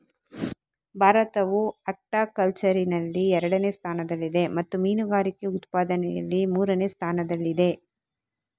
ಭಾರತವು ಅಕ್ವಾಕಲ್ಚರಿನಲ್ಲಿ ಎರಡನೇ ಸ್ಥಾನದಲ್ಲಿದೆ ಮತ್ತು ಮೀನುಗಾರಿಕೆ ಉತ್ಪಾದನೆಯಲ್ಲಿ ಮೂರನೇ ಸ್ಥಾನದಲ್ಲಿದೆ